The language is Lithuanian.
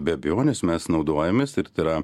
be abejonės mes naudojamės ir tai yra